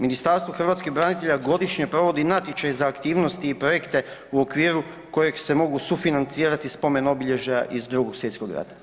Ministarstvo hrvatskih branitelja godišnje provodi natječaj za aktivnosti i projekte u okviru kojeg se mogu sufinancirati spomen-obilježja iz II. svj. rata.